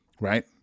right